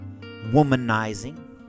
womanizing